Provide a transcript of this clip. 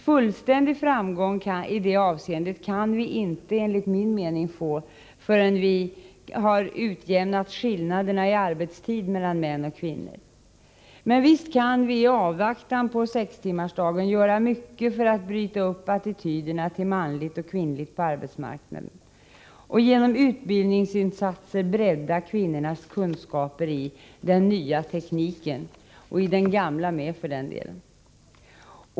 Fullständig framgång i det avseendet kan vi inte, enligt min mening, få förrän vi har utjämnat skillnaderna i arbetstid mellan män och kvinnor. Men visst kan vi i avvaktan på sextimmarsdagen göra mycket för att bryta upp attityderna till manligt och kvinnligt på arbetsmarknaden. Genom utbildningsinsatser kan vi bredda kvinnornas kunskaper i den ”nya tekniken” — och i den gamla med för den delen.